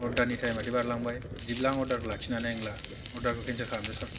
अर्दारनि टाइमआदि बारलांबाय बिदिब्ला आं अर्दार लाखिनो हानाय नंला अर्दारखौ केनसेल खालामदो सार